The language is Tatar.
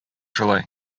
шулай